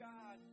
God